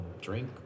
drink